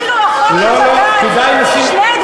כאילו החוק ובג"ץ שני דברים שונים הם,